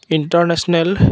international